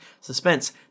Suspense